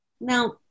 now